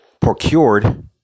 procured